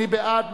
מי בעד?